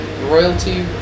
royalty